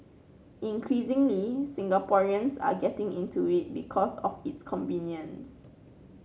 increasingly Singaporeans are getting into it because of its convenience